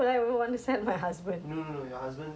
no you're asking how how